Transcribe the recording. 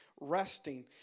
resting